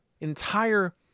entire